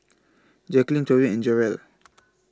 Jacquelyn Torrey and Jarrell